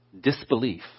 disbelief